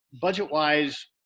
budget-wise